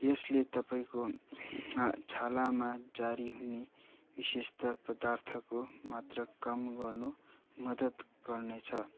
यसले तपाईँको छालामा जारी हुने विशेषता पदार्थको मात्रा कम गर्नु मद्दत गर्नेछ